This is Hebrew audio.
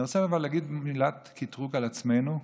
אני רוצה להגיד מילת קטרוג על עצמנו,